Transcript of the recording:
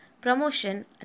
promotion